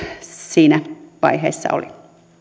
siinä vaiheessa oli